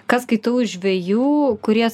ką skaitau iš žvejų kurie